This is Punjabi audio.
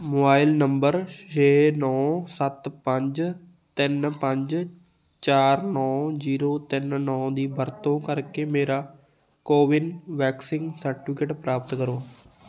ਮੋਬਾਈਲ ਨੰਬਰ ਛੇ ਨੌਂ ਸੱਤ ਪੰਜ ਤਿੰਨ ਪੰਜ ਚਾਰ ਨੌਂ ਜੀਰੋ ਤਿੰਨ ਨੌਂ ਦੀ ਵਰਤੋਂ ਕਰਕੇ ਮੇਰਾ ਕੋਵਿਨ ਵੈਕਸੀਨ ਸਰਟੀਫਿਕੇਟ ਪ੍ਰਾਪਤ ਕਰੋ